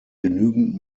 genügend